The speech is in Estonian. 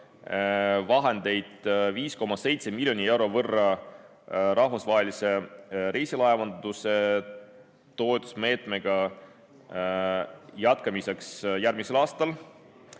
vahendeid 5,7 miljoni euro võrra rahvusvahelise reisilaevanduse toetusmeetmega jätkamisel järgmisel aastal.